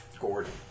Gordon